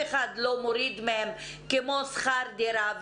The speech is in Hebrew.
שאף אחד לא מוריד מהם, כמו שכר דירה.